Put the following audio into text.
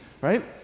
right